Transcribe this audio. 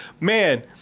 man